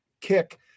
kick